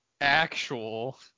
actual